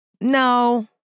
No